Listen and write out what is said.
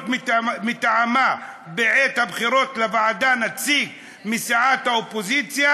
מטעמה בעת הבחירות לוועדה נציג מסיעת האופוזיציה",